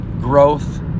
growth